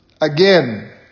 Again